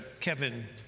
Kevin